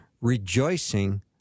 rejoicing